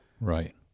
Right